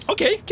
Okay